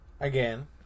Again